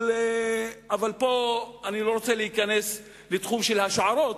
פה אני לא רוצה להיכנס לתחום של השערות,